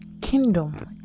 kingdom